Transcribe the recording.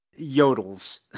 yodels